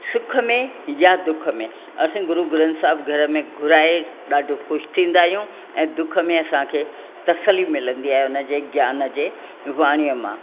सुख में या दुख में असां गुरु ग्रंथ साहब घर में घुराए ॾाढो ख़ुशि थींदा आहियूं ऐं दुख में असांखे तसली मिलंदी आहे उन जे ज्ञान जे वाणीअ मां